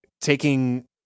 taking